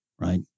right